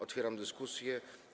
Otwieram dyskusję.